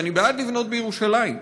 ואני בעד לבנות בירושלים.